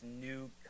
new